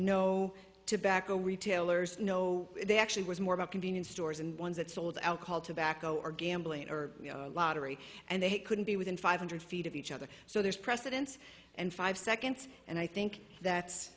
no tobacco retailers no they actually was more about convenience stores and ones that sold alcohol tobacco or gambling or lottery and they couldn't be within five hundred feet of each other so there's precedence and five seconds and i think that's